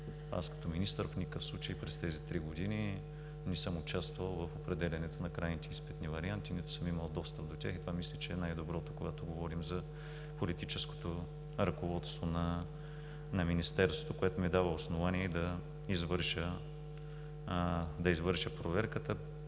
Като министър в никакъв случай през тези три години не съм участвал в определянето на крайните изпитни варианти, нито съм имал достъп до тях. Това мисля, че е най-доброто, когато говорим за политическото ръководство на Министерството, което ми дава основание да извърша проверката.